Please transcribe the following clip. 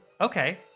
Okay